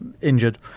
injured